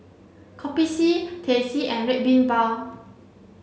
Kopi C Teh C and Red Bean Bao